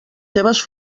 seves